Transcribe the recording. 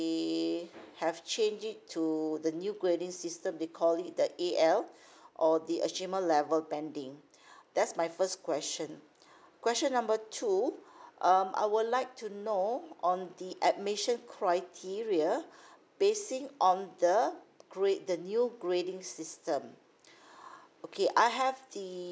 they have changed it to the new grading system they called it the A L or the achievement level banding that's my first question question number two um I would like to know on the admission criteria basing on the grade the new grading system okay I have the